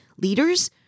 leaders